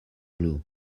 blue